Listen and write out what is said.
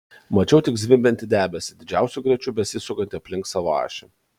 mačiau tik zvimbiantį debesį didžiausiu greičiu besisukantį aplink savo ašį